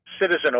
citizen